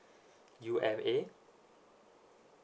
u m a